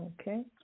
Okay